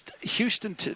Houston